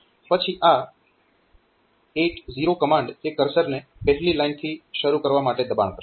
પછી આ 80 કમાન્ડ એ કર્સરને પહેલી લાઇનથી શરૂ કરવા માટે દબાણ કરશે